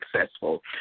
successful